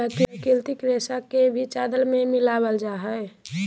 प्राकृतिक रेशा के भी चादर में मिलाबल जा हइ